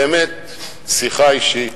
באמת, שיחה אישית,